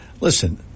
Listen